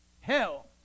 hell